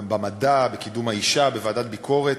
גם במדע, בקידום מעמד האישה, בוועדת הביקורת.